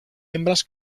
hembras